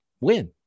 win